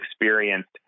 experienced